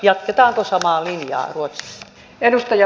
jatketaanko samaa linjaa ruotsissa